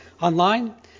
online